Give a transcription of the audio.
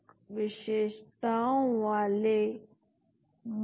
तो आज हमने फार्मकोफोर मॉडलिंग के बारे में बात करी